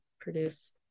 produce